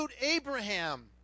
Abraham